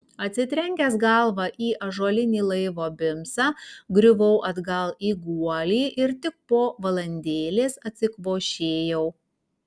atsitrenkęs galva į ąžuolinį laivo bimsą griuvau atgal į guolį ir tik po valandėlės atsikvošėjau